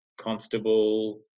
Constable